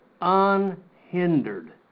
unhindered